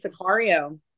Sicario